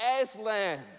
Aslan